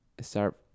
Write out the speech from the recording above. start